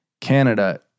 Canada